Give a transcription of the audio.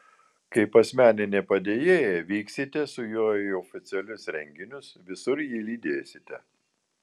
kaip asmeninė padėjėja vyksite su juo į oficialius renginius visur jį lydėsite